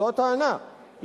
זו הטענה,